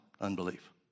unbelief